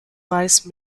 vice